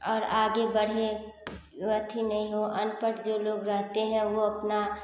आगे बढ़ें अथी नहीं हो अनपढ़ जो लोग रहते हैं वे अपना